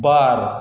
बार